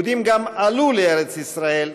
יהודים גם עלו לארץ ישראל,